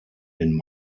den